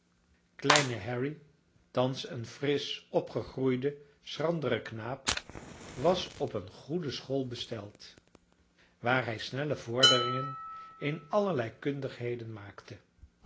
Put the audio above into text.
kleine harry thans een frisch opgegroeide schrandere knaap was op een goede school besteld waar hij snelle vorderingen in allerlei kundigheden maakte